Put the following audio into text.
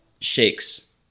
shakes